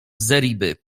zeriby